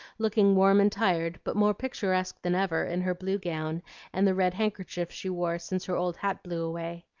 looking warm and tired but more picturesque than ever, in her blue gown and the red handkerchief she wore since her old hat blew away.